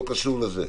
לא קשור לזה.